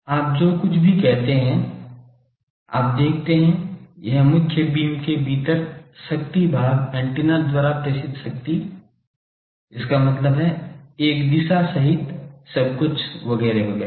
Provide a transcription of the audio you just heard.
आप जो कुछ भी कहते हैं आप देखते हैं यह मुख्य बीम के भीतर शक्ति भाग एंटीना द्वारा प्रेषित शक्ति इसका मतलब है एक दिशा सहित सब कुछ वगैरह वगैरह